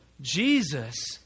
Jesus